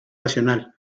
nacional